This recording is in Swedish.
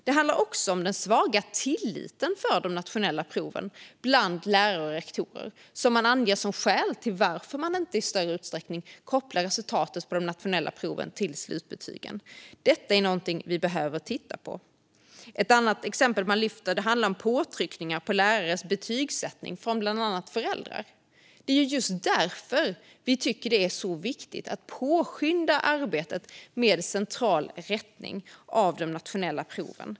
Det handlar också om den svaga tilliten till de nationella proven bland lärare och rektorer, som anges som skäl till att man inte i större utsträckning kopplar resultatet på de nationella proven till slutbetygen. Detta är något som vi behöver titta på. Ett annat exempel som lyfts fram är påtryckningar på lärares betygsättning från bland annat föräldrar. Det är därför vi tycker att det är så viktigt att påskynda arbetet med central rättning av de nationella proven.